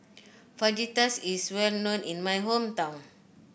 fajitas is well known in my hometown